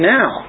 now